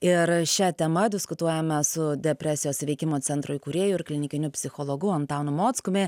ir šia tema diskutuojame su depresijos įveikimo centro įkūrėju ir klinikiniu psichologu antanu mockumi